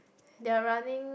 they are running